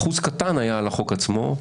אחוז קטן היה על החוק עצמו,